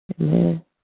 Amen